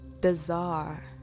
bizarre